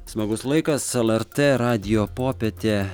smagus laikas lrt radijo popietė